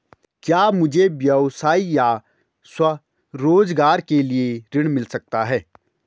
क्या मुझे व्यवसाय या स्वरोज़गार के लिए ऋण मिल सकता है?